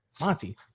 Monty